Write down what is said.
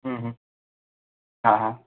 હં હં હા હા